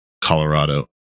Colorado